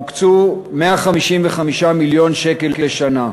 הוקצו 155 מיליון שקל לשנה,